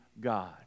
God